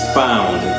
found